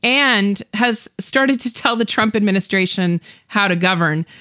and has started to tell the trump administration how to govern.